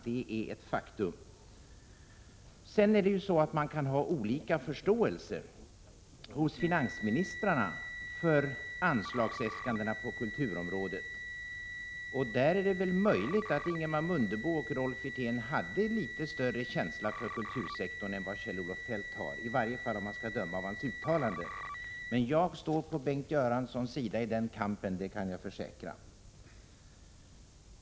Det kan finnas olika förståelse hos finansministrar för anslagsäskandena på kulturområdet, och det är möjligt att Ingemar Mundebo och Rolf Wirtén hade litet större känsla för kultursektorn än Kjell-Olof Feldt har — i varje fall om man skall döma av hans uttalanden. Jag står i alla fall på Bengt Göranssons sida i den kampen, det kan jag försäkra.